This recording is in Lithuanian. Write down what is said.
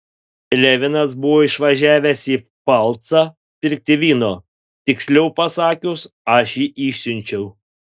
levinas buvo išvažiavęs į pfalcą pirkti vyno tiksliau pasakius aš jį išsiunčiau